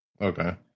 Okay